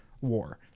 war